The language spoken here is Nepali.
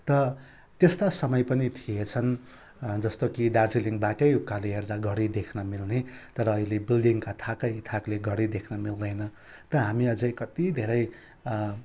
त त्यस्ता समय पनि थिएछन् जस्तो कि दार्जिलिङबाटै उकालो हेर्दा घडी देख्न मिल्ने तर अहिले बिल्डिङका थाकैथाकले घडी देख्न मिल्दैन त हामी अझै कति धेरै